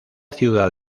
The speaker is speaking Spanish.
ciudad